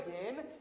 again